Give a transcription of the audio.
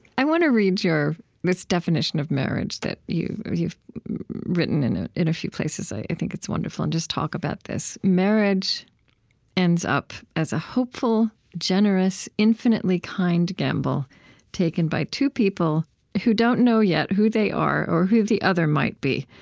i want to read your this definition of marriage that you've you've written in ah in a few places. i think it's wonderful. and just talk about this. marriage ends up as a hopeful, generous, infinitely kind gamble taken by two people who don't know yet who they are or who the other might be,